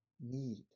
need